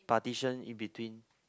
partition in between